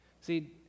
See